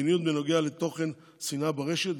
מדיניות בנוגע לתוכן שנאה ברשת,